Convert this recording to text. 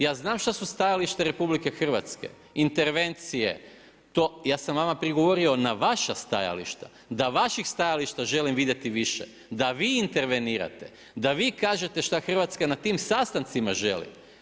Ja znam šta su stajališta RH intervencije, ja sam vama prigovorio na vaša stajališta, da vaših stajališta želim vidjeti više, da vi intervenirate, da vi kažete šta Hrvatska na tim sastancima želi.